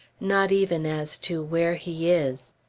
not even as to where he is.